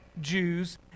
Jews